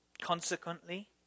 Consequently